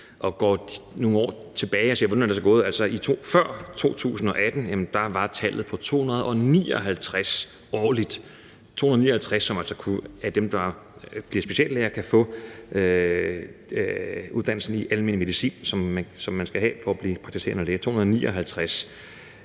der hedder almen medicin, så er det sådan, at før 2018 var tallet på 259 årligt, altså 259 af dem, der blev speciallæger, kunne få uddannelsen i almen medicin, som man skal have for at blive praktiserende læge. I